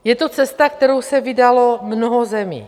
Je to cesta, kterou se vydalo mnoho zemí.